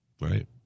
Right